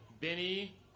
Benny